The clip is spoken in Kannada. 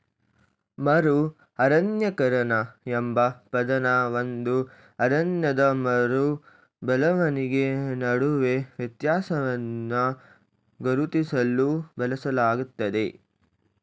ಮರು ಅರಣ್ಯೀಕರಣ ಎಂಬ ಪದನ ಒಂದು ಅರಣ್ಯದ ಮರು ಬೆಳವಣಿಗೆ ನಡುವೆ ವ್ಯತ್ಯಾಸವನ್ನ ಗುರುತಿಸ್ಲು ಬಳಸಲಾಗ್ತದೆ